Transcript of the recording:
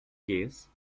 case